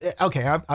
Okay